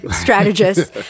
strategist